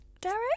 Derek